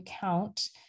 count